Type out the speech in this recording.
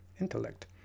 intellect